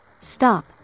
Stop